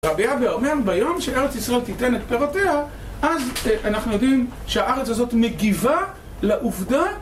רבי אביהו אומר: ביום שארץ ישראל תיתן את פירותיה, אז אנחנו יודעים שהארץ הזאת מגיבה לעובדה